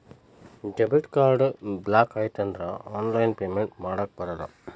debit card block ಆಯ್ತಂದ್ರ online payment ಮಾಡಾಕಬರಲ್ಲ